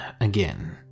again